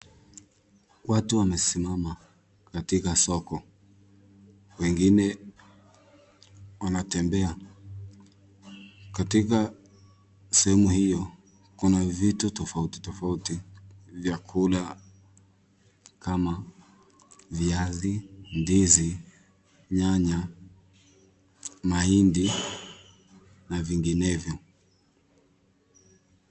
Watu wamesimama, katika soko. Wengine, wanatembea. Katika sehemu hiyo, kuna vitu tofauti tofauti. Vyakula kama viazi, ndizi. nyanya mahindi, na vinginevyo.